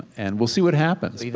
and will see what happened.